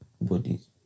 bodies